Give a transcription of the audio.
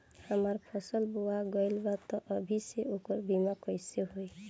हमार फसल बोवा गएल बा तब अभी से ओकर बीमा कइसे होई?